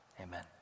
Amen